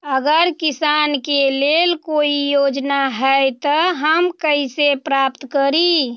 अगर किसान के लेल कोई योजना है त हम कईसे प्राप्त करी?